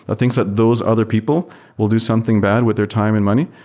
ah things that those other people will do something bad with their time and money,